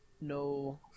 No